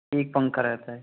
एक पंखा रहता है